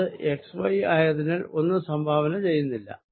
അത് x y ആയതിനാൽ ഒന്നും സംഭാവന ചെയ്യുന്നില്ല